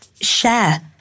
share